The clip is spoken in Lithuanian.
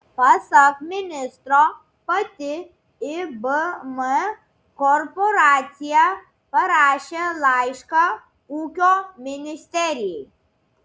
pasak ministro pati ibm korporacija parašė laišką ūkio ministerijai